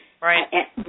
right